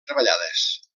treballades